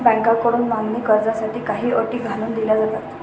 बँकांकडून मागणी कर्जासाठी काही अटी घालून दिल्या जातात